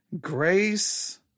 grace